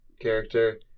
character